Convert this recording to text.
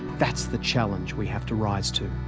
that's the challenge we have to rise to.